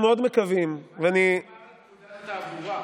פקודת התעבורה.